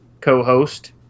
co-host